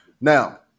Now